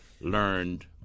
learned